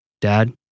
Dad